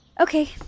Okay